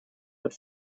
but